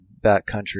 backcountry